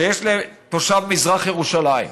שיש לתושב מזרח ירושלים,